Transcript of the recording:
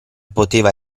poteva